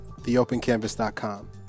theopencanvas.com